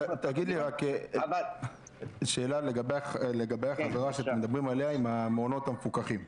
רק שאלה לגבי החזרה שאתם מדברים עליה עם המעונות המפוקחים,